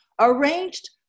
arranged